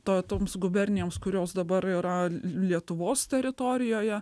ta toms gubernijoms kurios dabar yra l lietuvos teritorijoje